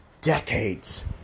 decades